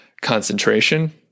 concentration